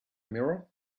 mirror